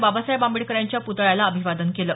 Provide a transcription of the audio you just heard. बाबासाहेब आंबेडकरांच्या प्तळ्याला अभिवादन केलं